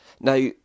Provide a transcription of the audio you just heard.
Now